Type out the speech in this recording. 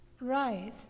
Right